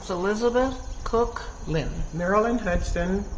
elizabeth cook lynn. marilyn hudson.